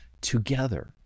together